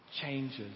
changes